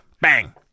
Bang